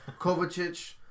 Kovacic